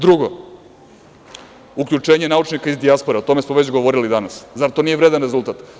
Drugo, uključenje naučnika iz dijaspore, o tome smo već govorili danas, zar to nije vredan rezultat.